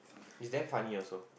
he's damn funny also